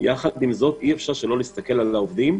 ויחד עם זאת אי-אפשר לא להסתכל על העובדים.